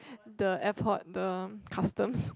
the airport the customs